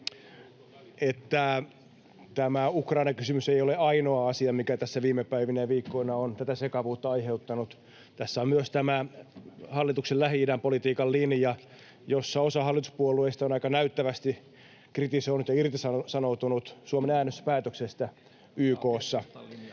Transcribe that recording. tämä Ukrainan kysymys ei ole ainoa asia, mikä tässä viime päivinä ja viikkoina on tätä sekavuutta aiheuttanut. Tässä on myös tämä hallituksen Lähi-idän politiikan linja, jossa osa hallituspuolueista on aika näyttävästi kritisoinut ja irtisanoutunut Suomen äänestyspäätöksestä YK:ssa.